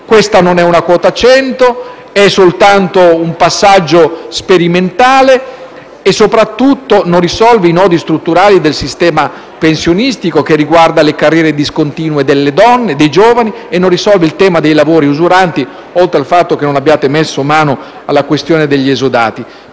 Questa non è una quota 100, è soltanto un passaggio sperimentale e soprattutto non risolve i nodi strutturali del sistema pensionistico, che riguardano le carriere discontinue delle donne e dei giovani, e non risolve il problema dei lavori usuranti, oltre al fatto che non avete messo mano alla questione degli esodati.